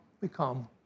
become